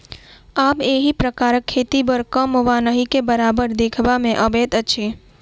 आब एहि प्रकारक खेती बड़ कम वा नहिके बराबर देखबा मे अबैत अछि